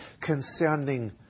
concerning